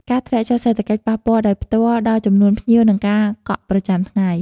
ការធ្លាក់ចុះសេដ្ឋកិច្ចប៉ះពាល់ដោយផ្ទាល់ដល់ចំនួនភ្ញៀវ និងការកក់ប្រចាំថ្ងៃ។